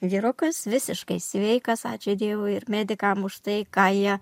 vyrukas visiškai sveikas ačiū dievui ir medikam už tai ką jie